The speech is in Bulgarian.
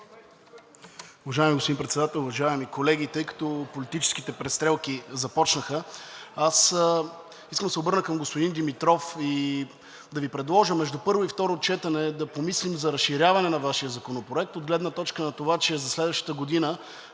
Уважаеми господин Председател, уважаеми колеги! Тъй като политическите престрелки започнаха, аз искам да се обърна към господин Димитров и да Ви предложа между първо и второ четене да помислим за разширяване на Вашия законопроект от гледна точка на това, че за следващата година